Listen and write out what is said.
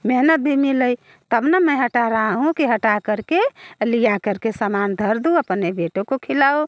मेहनत भी मिले तब ना मैं हटा रही हूँ कि हटा कर के लिया कर के समान धर दूँ अपने बेटों को खिलाऊँ